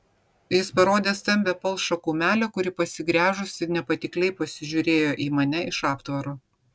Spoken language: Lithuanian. jis parodė stambią palšą kumelę kuri pasigręžusi nepatikliai pasižiūrėjo į mane iš aptvaro